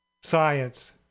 Science